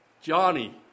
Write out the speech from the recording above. Johnny